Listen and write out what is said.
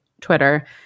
Twitter